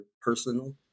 personal